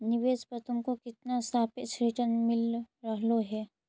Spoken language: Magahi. निवेश पर तुमको कितना सापेक्ष रिटर्न मिल रहलो हे